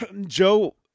Joe